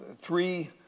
three